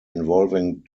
involving